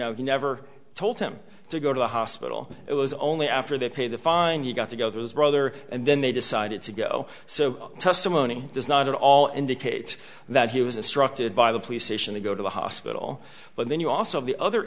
he never told him to go to the hospital it was only after they pay the fine you got to go through his brother and then they decided to go so testimony does not at all indicate that he was a structed by the police station to go to the hospital but then you also have the other